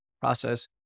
process